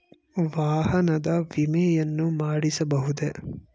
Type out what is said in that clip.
ವಾಹನದ ವಿಮೆಯನ್ನು ಮಾಡಿಸಬಹುದೇ?